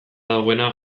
dagoena